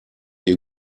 ihr